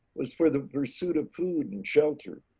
was for the pursuit of food and shelter